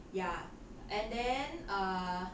ya and then err